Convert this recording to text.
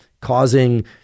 causing